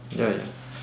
ya ya